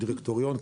הדירקטוריון,